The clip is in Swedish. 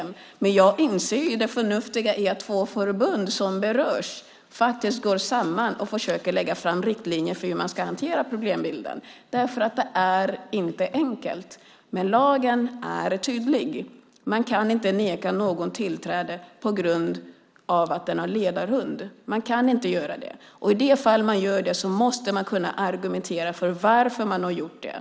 Men jag inser det förnuftiga i att två förbund som berörs går samman och försöker lägga fram riktlinjer för hur man ska hantera problembilden. Detta är nämligen inte enkelt. Men lagen är tydlig; man kan inte neka någon tillträde på grund av att han eller hon har ledarhund. Och i de fall man ändå gör det måste man kunna argumentera för varför man har gjort det.